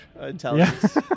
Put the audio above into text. intelligence